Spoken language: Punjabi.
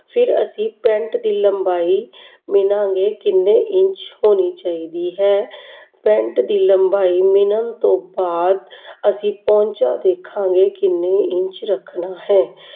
ਫਿਰ ਅਸੀਂ ਪੈਂਟ ਦੀ ਲੰਬਾਈ ਮਿਨਾਂਗੇ ਕਿੰਨੇ ਇੰਚ ਹੋਣੀ ਚਾਹੀਦੀ ਹੈ ਪੈਂਟ ਦੀ ਲੰਬਾਈ ਮਿਨਣ ਤੋਂ ਬਾਅਦ ਅਸੀਂ ਪੋਂਚਾ ਦੇਖਾਂਗੇ ਕਿੰਨੇ ਇੰਚ ਰੱਖਣਾ ਹੈ